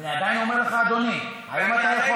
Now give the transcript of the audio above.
אני עדיין אומר לך, אדוני, האם אתה יכול,